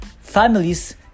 families